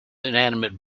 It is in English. inanimate